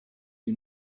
you